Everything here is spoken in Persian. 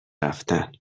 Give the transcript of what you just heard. رفتن